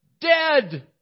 dead